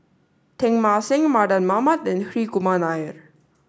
Teng Mah Seng Mardan Mamat and Hri Kumar Nair